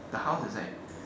the house is like